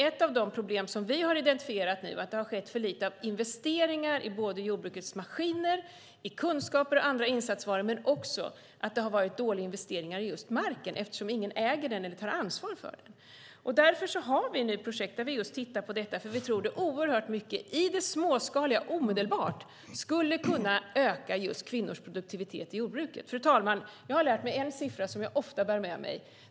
Ett av de problem som vi har identifierat är att det har skett för lite av investeringar i jordbrukets maskiner, i kunskaper och i andra insatsvaror, men också att det har varit dåligt med investeringar i just marken, eftersom ingen äger den eller tar ansvar för den. Därför har vi nu projekt där vi tittar på detta. Vi tror nämligen att det är oerhört mycket i det småskaliga som omedelbart skulle kunna öka just kvinnors produktivitet i jordbruket. Fru talman! Jag har lärt mig en siffra som jag ofta bär med mig.